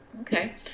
Okay